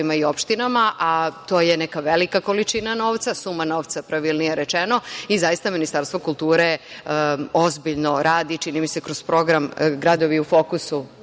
i opštinama, a to je neka velika količina novca, suma novca pravilnije rečeno, i zaista Ministarstvo kulture ozbiljno radi, čini mi se, kroz program „Gradovi u fokusu“,